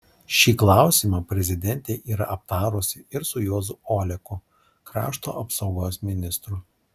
šį klausimą prezidentė yra aptarusi ir su juozu oleku krašto apsaugos ministru